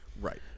Right